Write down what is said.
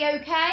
okay